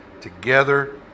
together